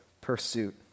pursuit